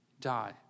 die